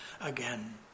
again